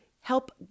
help